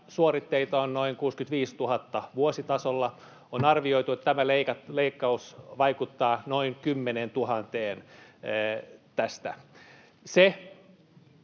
suoritteita on noin 65 000 vuositasolla. On arvioitu, että tämä leikkaus vaikuttaa noin 10 000:een tästä.